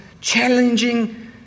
challenging